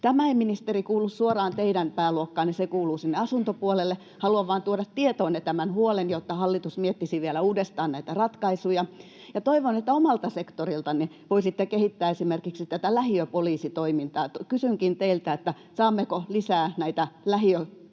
Tämä ei, ministeri, kuulu suoraan teidän pääluokkaanne, se kuuluu sinne asuntopuolelle, mutta haluan vain tuoda tietoonne tämän huolen, jotta hallitus miettisi vielä uudestaan näitä ratkaisuja. Toivon, että omalta sektoriltanne voisitte kehittää esimerkiksi tätä lähiöpoliisitoimintaa. Kysynkin teiltä: saammeko lisää näitä lähiöreinikaisia,